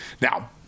Now